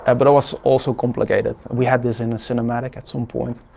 and but it was also complicated. we had this in the cinematic, at some point.